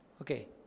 Okay